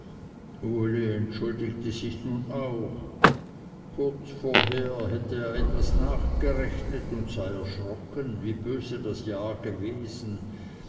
entschuldigte sich nun auch kurz zuvor hätte er etwas nachgerechnet und sei erschrocken wie böse das jahr gewesen